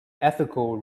ethical